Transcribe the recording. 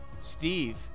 Steve